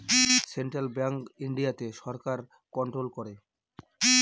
central Bank ইন্ডিয়াতে সরকার control করে